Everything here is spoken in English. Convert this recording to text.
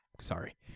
Sorry